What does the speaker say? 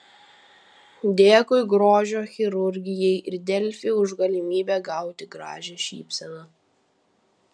dėkui grožio chirurgijai ir delfi už galimybę gauti gražią šypseną